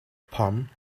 palm